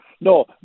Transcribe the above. no